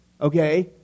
okay